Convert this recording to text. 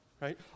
Right